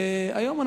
היום,